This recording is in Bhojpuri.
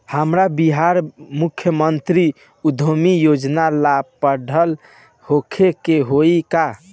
हमरा बिहार मुख्यमंत्री उद्यमी योजना ला पढ़ल होखे के होई का?